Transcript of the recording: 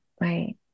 Right